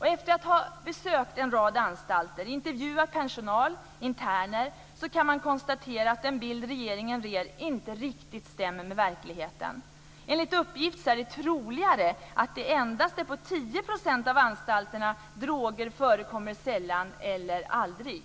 Efter att ha besökt en rad anstalter, intervjuat personal och interner, så kan jag konstatera att den bild som regeringen ger inte riktigt stämmer med verkligheten. Enligt uppgift är det troligare att det är på endast 10 % av anstalterna som droger förekommer sällan eller aldrig.